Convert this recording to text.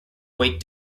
weight